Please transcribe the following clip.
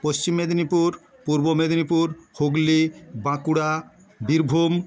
Paschim Medinipur Purba Medinipur Hooghly Bankura Birbhum